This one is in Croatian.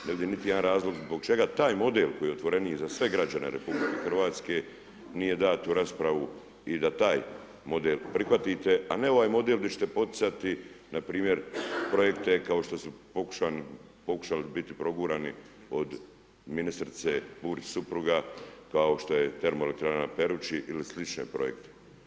Ne vidim niti jedan razlog zbog čega taj model koji je otvoreniji za sve građane RH, nije dat u raspravu i da taj model prihvatite a ne ovaj model di ćete poticati npr. projekte kao što su pokušali biti progurani od ministrice Burić supruga, kao što je termoelektrana na Peruči ili slične projekte.